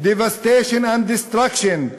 devastation and destruction,